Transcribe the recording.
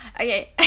Okay